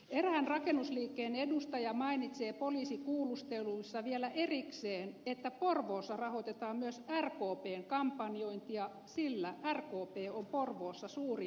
erään rakennusliikkeen edustaja mainitsee poliisikuulusteluissa vielä erikseen että porvoossa rahoitetaan myös rkpn kampanjointia sillä rkp on porvoossa suurin puolue